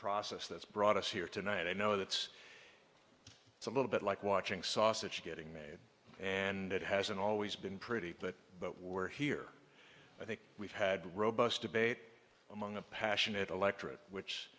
process that's brought us here tonight i know that's it's a little bit like watching sausage getting made and it hasn't always been pretty but but we're here i think we've had robust debate among a passionate aletter of which